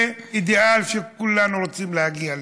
זה אידיאל שכולנו רוצים להגיע אליו,